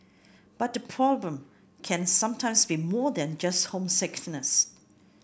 but the problem can sometimes be more than just homesickness